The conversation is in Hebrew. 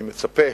אני מצפה